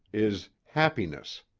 is happiness.